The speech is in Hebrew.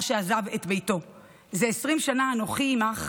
שעזב את ביתו: "זה עשרים שנה אנכי עמך,